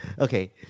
Okay